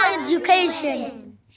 education